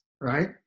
right